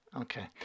Okay